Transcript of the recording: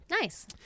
Nice